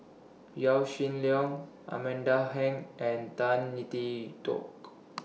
Yaw Shin Leong Amanda Heng and Tan Tee Toke